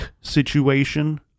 situation